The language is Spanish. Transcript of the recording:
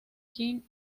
qin